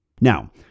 Now